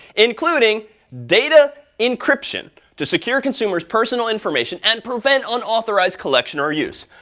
including data encryption, to secure consumers' personal information and prevent unauthorized collection or use.